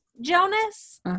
Jonas